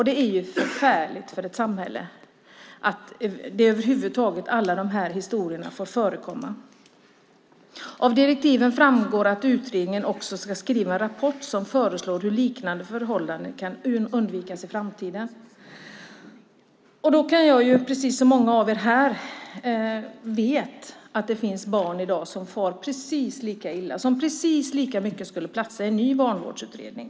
Det är ju förfärligt för ett samhälle att alla de här historierna får förekomma. Av direktiven framgår att utredningen ska skriva en rapport som föreslår hur liknande förhållanden kan undvikas i framtiden. Vi vet att det i dag finns barn som far precis lika illa och som precis lika mycket skulle platsa i en ny barnavårdsutredning.